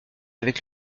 avec